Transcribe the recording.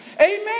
Amen